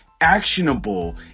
actionable